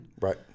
right